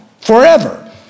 forever